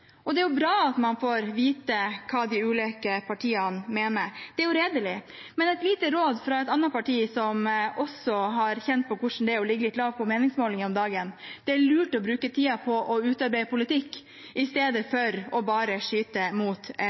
Det er bra at man får vite hva de ulike partiene mener, det er redelig. Men et lite råd fra et annet parti, som også har kjent på hvordan det er å ligge litt lavt på meningsmålingene om dagen: Det er lurt å bruke tiden på å utarbeide politikk i stedet for bare å skyte mot